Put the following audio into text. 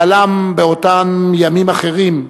שהלם באותם ימים אחרים,